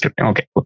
okay